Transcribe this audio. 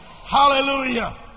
Hallelujah